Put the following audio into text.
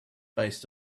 based